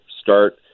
start